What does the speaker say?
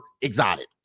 exotic